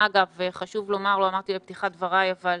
אגב, חשוב לומר, לא אמרתי בפתיחת דבריי, אבל